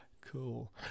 cool